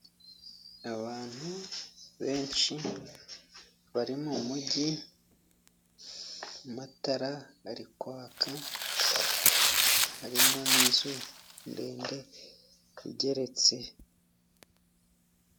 Abantu benshi bari mu mujyi, amatara ari kwaka, harimo n'inzu ndende igeretse.